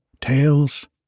tales